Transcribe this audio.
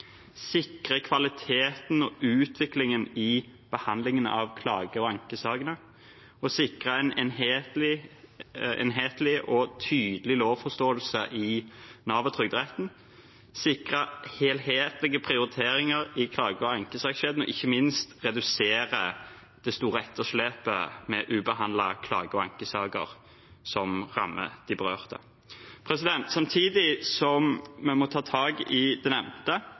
sikre kvalitetsutviklingen i behandlingen av klage- og ankesakene sikre en enhetlig og tydelig lovforståelse i Nav og Trygderetten sikre helhetlige prioriteringer i klage- og ankesakskjeden og ikke minst redusere det store etterslepet i ubehandlede klage- og ankesaker som rammer de berørte Samtidig som vi må ta tak i det nevnte,